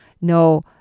no